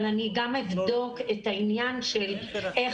אבל אני גם אבדוק את העניין של איך